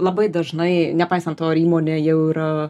labai dažnai nepaisant to ar įmonė jau yra